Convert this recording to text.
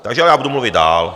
Takže já budu mluvit dál.